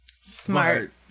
Smart